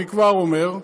אני כבר אומר,